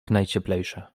najcieplejsze